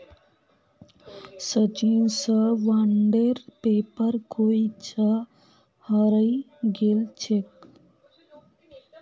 सचिन स बॉन्डेर पेपर कोई छा हरई गेल छेक